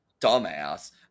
dumbass